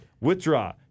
withdraw